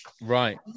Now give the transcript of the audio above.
Right